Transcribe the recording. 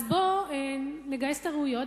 אז בוא נגייס את הראויות,